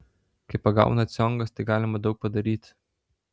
kai pagauna ciongas tai galima daug padaryti